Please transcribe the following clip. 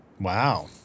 Wow